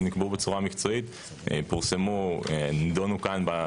נקבעו בצורה מקצועית, פורסמו, נידונו כאן.